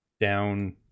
down